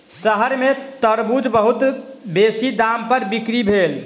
शहर में तरबूज बहुत बेसी दाम पर बिक्री भेल